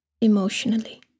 emotionally